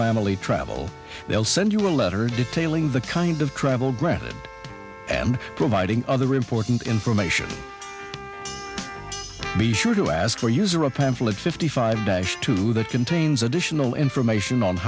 family travel they'll send you a letter detailing the kind of travel granted and providing other important information me sure to ask for use or a pamphlet fifty five days to that contains additional information on